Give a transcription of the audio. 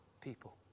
people